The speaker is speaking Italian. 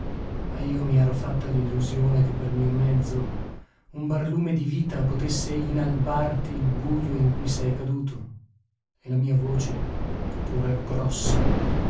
ma io mi ero fatta l'illusione che per mio mezzo un barlume di vita potesse inalbarti il bujo in cui sei caduto e la mia voce che pure è grossa